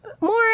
More